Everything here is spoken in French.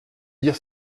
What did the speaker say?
dire